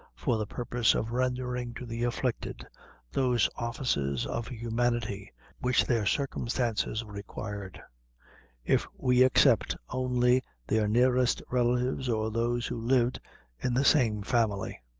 for the purpose of rendering to the afflicted those offices of humanity which their circumstances required if we except only their nearest relatives, or those who lived in the same family.